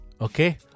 Okay